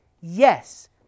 Yes